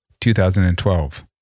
2012